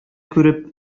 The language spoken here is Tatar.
күреп